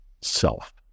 self